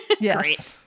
Yes